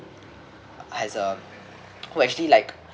has uh who actually like